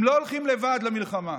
הם לא הולכים לבד למלחמה,